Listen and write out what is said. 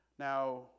Now